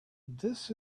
this